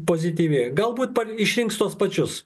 pozityvi galbūt išrinks tuos pačius